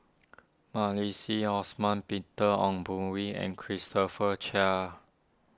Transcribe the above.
Osman Peter Ong Boon Kwee and Christopher Chia